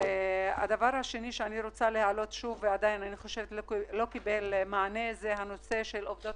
נושא שלא קיבל מענה זה הנושא של עובדות